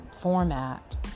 format